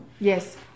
Yes